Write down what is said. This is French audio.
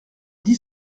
dit